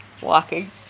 walking